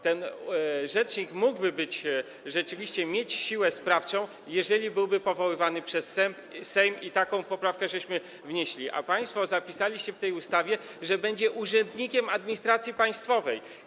Ten rzecznik mógłby rzeczywiście mieć siłę sprawczą, gdyby był powoływany przez Sejm, i taką poprawkę wnieśliśmy, a państwo zapisaliście w tej ustawie, że będzie urzędnikiem administracji państwowej.